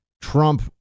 Trump